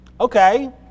Okay